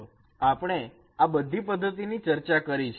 આપણે આ બધી પદ્ધતિ ની ચર્ચા કરી છે